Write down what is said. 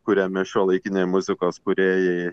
kuriame šiuolaikiniai muzikos kūrėjai